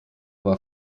war